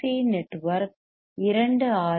C RC network இரண்டு R